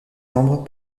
membres